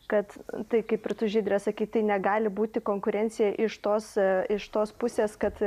kad tai kaip ir tu žydre sakei tai negali būti konkurencija iš tos iš tos pusės kad